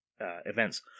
events